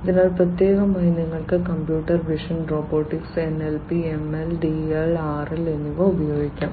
ഇതിനായി പ്രത്യേകമായി നിങ്ങൾക്ക് computer vision robotics NLP ML DL RL എന്നിവ ഉപയോഗിക്കാം